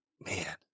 Man